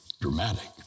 Dramatic